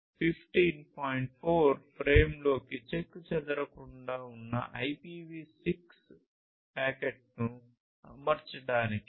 4 ఫ్రేమ్లోకి చెక్కుచెదరకుండా ఉన్న IPv6 ప్యాకెట్ను అమర్చడానికి ఫ్రాగ్మెంటేషన్ అవసరం